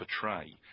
portray